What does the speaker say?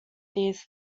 these